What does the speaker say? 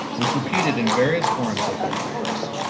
was repeated in various forums over the years,